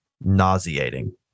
nauseating